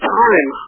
time